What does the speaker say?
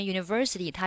University